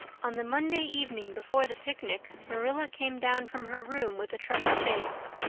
on the monday evening before the picnic marilla came down from her room with a troubled face.